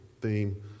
theme